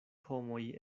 homoj